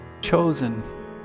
chosen